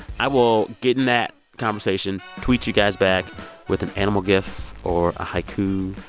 i will get in that conversation, tweet you guys back with an animal gif, or a haiku,